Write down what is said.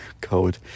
code